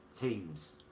teams